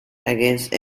against